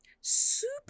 Super